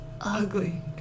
Ugly